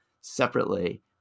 separately